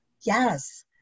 Yes